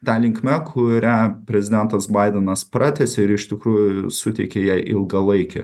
ta linkme kurią prezidentas baidenas pratęsia ir iš tikrųjų suteikia jai ilgalaikę